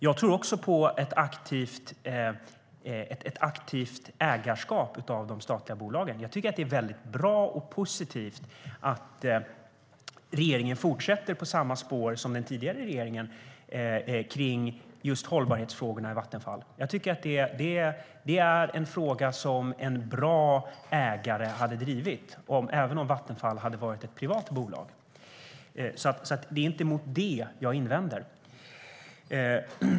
Jag tror också på ett aktivt ägarskap av de statliga bolagen. Det är bra och positivt att regeringen fortsätter på samma spår som den tidigare regeringen om hållbarhetsfrågorna i Vattenfall. Det är en fråga som en bra ägare hade drivit, även om Vattenfall hade varit ett privat bolag. Det är inte mot det jag invänder.